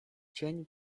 cień